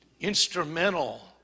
instrumental